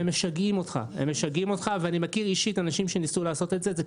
הם משגעים אותך ואני מכיר אישית אנשים שניסו לעשות את זה,